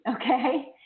okay